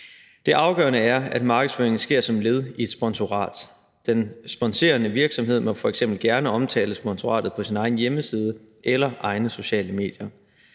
Det afgørende er, at markedsføringen sker som led i et sponsorat. Den sponserende virksomhed må f.eks. gerne omtale sponsoratet på sin egen hjemmeside eller egne sociale medier.